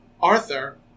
Arthur